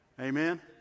Amen